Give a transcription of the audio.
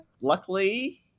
Luckily